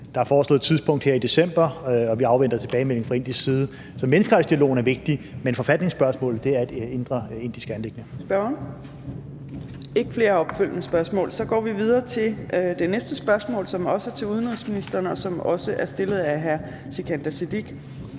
Der er foreslået et tidspunkt her i december, og vi afventer en tilbagemelding fra indisk side. Så menneskerettighedsdialogen er vigtig, men forfatningsspørgsmålet er et indre indisk anliggende. Kl. 15:09 Fjerde næstformand (Trine Torp): Spørgeren? Der er ikke flere opfølgende spørgsmål. Så går vi videre til det næste spørgsmål, som også er til udenrigsministeren, og som også er stillet af hr. Sikandar Siddique.